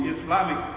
Islamic